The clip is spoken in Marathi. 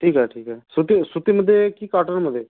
ठीक आहे ठीक आहे सुती सुतीमध्ये की कॉटनमध्ये